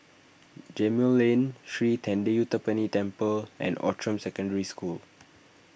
Gemmill Lane Sri thendayuthapani Temple and Outram Secondary School